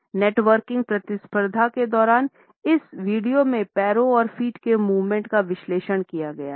net working प्रतिस्पर्धा के दौरान इस वीडियो में पैरों और फ़ीट के मूवमेंट का विश्लेषण किया गया है